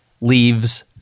leaves